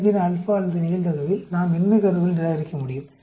05 இன் α அல்லது நிகழ்தகவில் நாம் இன்மை கருதுகோளை நிராகரிக்க முடியும்